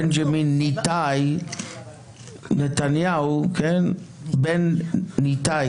בנג'מין ניתאי נתניהו ניתאי,